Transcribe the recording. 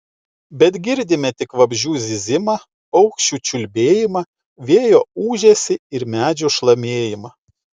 bet girdime tik vabzdžių zyzimą paukščių čiulbėjimą vėjo ūžesį ir medžių šlamėjimą